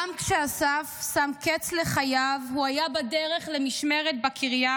גם כשאסף שם קץ לחייו הוא היה בדרך למשמרת בקריה,